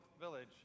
village